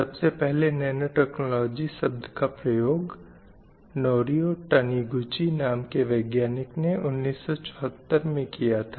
सबसे पहले nano technology शब्द का प्रयोग नोरीयो टनिगूची नाम के वैज्ञानिक ने 1974 में किया था